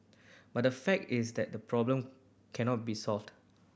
but the fact is that the problem cannot be solved